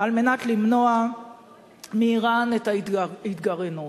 על מנת למנוע מאירן את ההתגרענות.